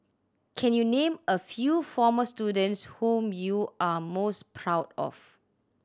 can you name a few former students whom you are most proud of